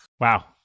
wow